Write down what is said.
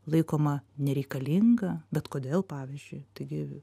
laikoma nereikalinga bet kodėl pavyzdžiui taigi